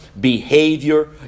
behavior